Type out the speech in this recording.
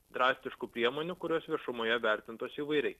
drastiškų priemonių kurios viešumoje vertintos įvairiai